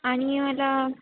आणि मला